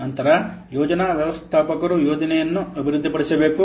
ನಂತರ ಯೋಜನಾ ವ್ಯವಸ್ಥಾಪಕರು ಯೋಜನೆಯನ್ನು ಅಭಿವೃದ್ಧಿಪಡಿಸಬೇಕು